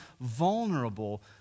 vulnerable